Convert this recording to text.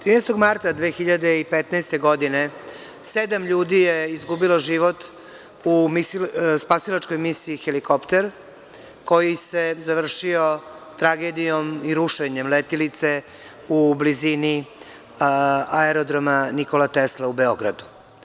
Trinaestog marta 2015. godine sedam ljudi je izgubilo život u spasilačkoj misiji helikopter, koji se završio tragedijom i rušenjem letilice u blizini aerodroma „Nikola Tesla“ u Beogradu.